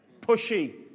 pushy